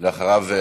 ואחריו,